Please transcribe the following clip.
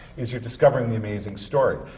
is you're discovering the amazing story.